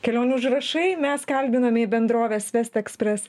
kelionių užrašai mes kalbinome bendrovės vest ekspres